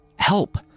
Help